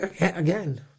again